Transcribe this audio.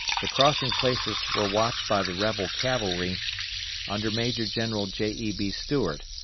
the crossing-places were watched by the rebel cavalry under major general j. e. b. stuart,